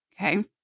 Okay